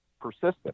persistent